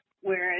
whereas